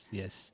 yes